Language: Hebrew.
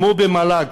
כמו במל"ג,